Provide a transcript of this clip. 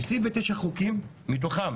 29 חוקים, מתוכם